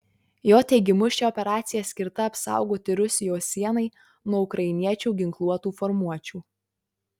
jo teigimu ši operacija skirta apsaugoti rusijos sienai nuo ukrainiečių ginkluotų formuočių